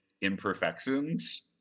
imperfections